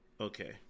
Okay